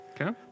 Okay